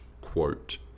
quote